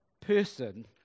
person